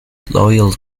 loyal